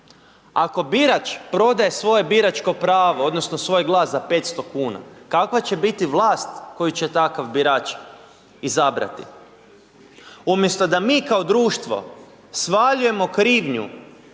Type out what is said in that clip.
Ako birač prodaje svoje biračko pravo odnosno svoj glas za 500 kuna, kakva će biti vlast koju će takav birač izabrati? Umjesto da mi kao društvo svaljujemo krivnju